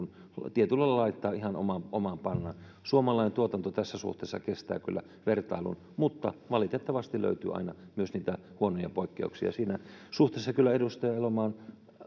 tietyllä lailla laittaa ihan omaan pannaan suomalainen tuotanto tässä suhteessa kestää kyllä vertailun mutta valitettavasti löytyy aina myös niitä huonoja poikkeuksia siinä suhteessa kyllä edustaja elomaan